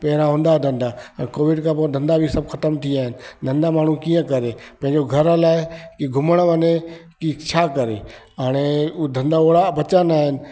पहिरियां हूंदा हुआ धंधा हाणे कोविड खां पोइ धंधा बि सभु ख़तमु थी विया आहिनि धंधा माण्हू कीअं करे पंहिंजो घरु हलाए की घुमणु वञे की छा करे हाणे धंधा ओड़ा बचा नाहिनि